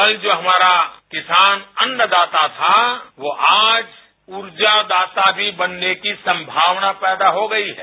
कल जो हमारा किसान अन्नदाता था वो आज ऊर्जादाता भी बनने की संभावना पैदा हो गई है